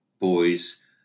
boys